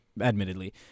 admittedly